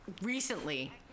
recently